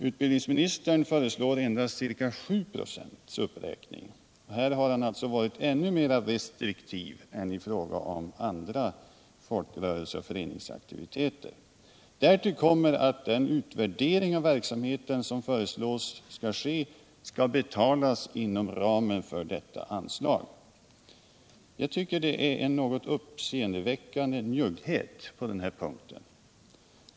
Utbildningsministern föreslår en uppräkning med endast ca 7 26. Han har således här varit ännu mera restriktiv än i fråga om andra föreningsaktiviteter. Därtill kommer att den utvärdering av verksamheten som föreslås ske skall betalas inom ramen för detta anslag. Jag tycker att utbildningsministern visat en något uppseendeväckande njugghet på den här punkten.